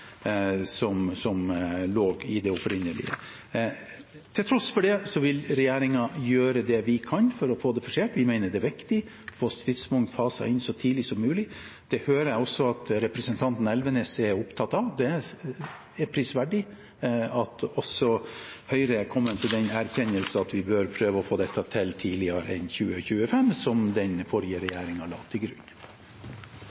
som lå i det opprinnelige. Til tross for det vil regjeringen gjøre det vi kan for å få det forsert. Vi mener det er viktig å få stridsvognene faset inn så tidlig som mulig. Det hører jeg også at representanten Elvenes er opptatt av, og det er prisverdig at også Høyre har kommet til den erkjennelse at vi bør prøve å få dette til tidligere enn 2025, som den forrige